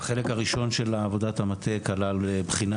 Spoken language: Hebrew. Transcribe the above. החלק הראשון של עבודת המטה כלל בחינה